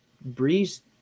Breeze